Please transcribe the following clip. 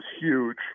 huge